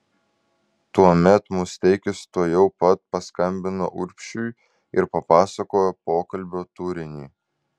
tuomet musteikis tuojau pat paskambino urbšiui ir papasakojo pokalbio turinį